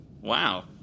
Wow